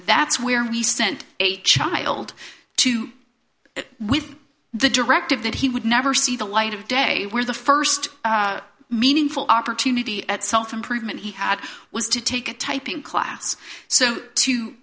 that's where he sent a child to with the directive that he would never see the light of day where the st meaningful opportunity at self improvement he had was to take a typing class so to